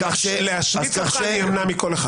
אז כך ש --- אז עכשיו --- להשמיץ אותך אני אמנע מכל אחד.